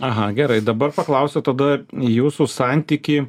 aha gerai dabar paklausiu tada į jūsų santykį